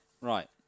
right